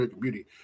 Beauty